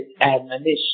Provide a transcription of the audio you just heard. admonition